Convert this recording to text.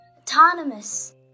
autonomous